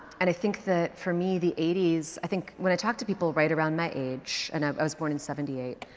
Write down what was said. and i think that for me the eighty s, i think, when i talk to people right around my age and um i was born in seventy eight,